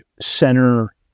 center